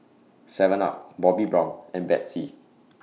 Seven up Bobbi Brown and Betsy